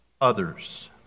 Others